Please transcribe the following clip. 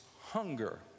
hunger